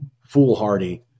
foolhardy